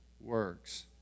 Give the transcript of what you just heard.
works